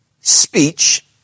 speech